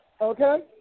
Okay